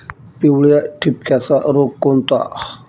पिवळ्या ठिपक्याचा रोग कोणता?